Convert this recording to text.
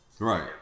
Right